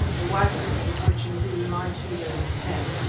the waggons, of which, including my two, there were ten,